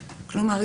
כלומר,